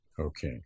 Okay